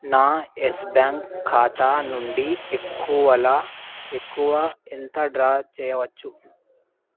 నా Yes Bank ఖాతా నుండి ఎక్కువలో ఎక్కువ ఎంత డ్రా చెయ్యవచ్చు